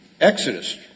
Exodus